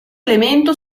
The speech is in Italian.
elemento